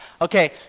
Okay